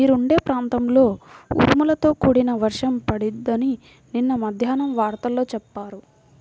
మీరుండే ప్రాంతంలో ఉరుములతో కూడిన వర్షం పడిద్దని నిన్న మద్దేన్నం వార్తల్లో చెప్పారు